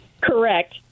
correct